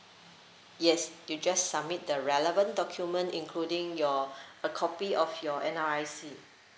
yes you just submit the relevant document including your a copy of your N_R_I_C